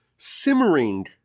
simmering